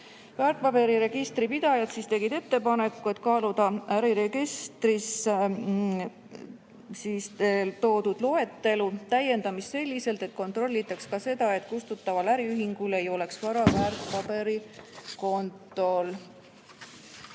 Väärtpaberite registri pidaja teeb ettepaneku kaaluda äriregistris toodud loetelu täiendamist selliselt, et kontrollitaks ka seda, et kustutataval äriühingul ei oleks vara väärtpaberikontol.